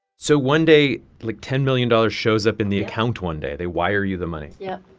so one day like, ten million dollars shows up in the account one day? they wire you the money yeah.